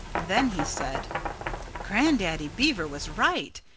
then he said grandaddy beaver was right.